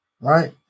right